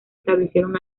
establecieron